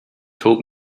told